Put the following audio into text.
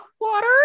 water